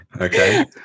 okay